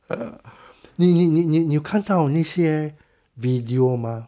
哦那你你你你看到那些 video 吗